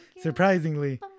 Surprisingly